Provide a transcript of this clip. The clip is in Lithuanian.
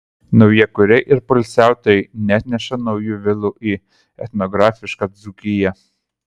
naujakuriai ir poilsiautojai neatneša naujų vilų į etnografišką dzūkiją